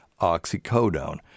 oxycodone